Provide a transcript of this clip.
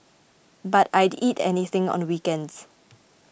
but I'd eat anything on weekends